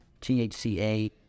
THCA